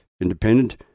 independent